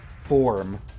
form